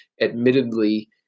admittedly